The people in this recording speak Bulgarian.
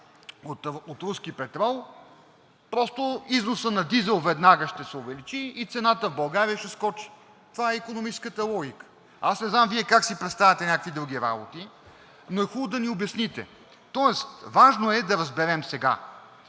от руски петрол износът на дизел просто веднага ще се увеличи и цената в България ще скочи. Това е икономическата логика. Аз не знам Вие как си представяте някакви други работи, но е хубаво да ни обясните. Тоест, важно е сега да разберем две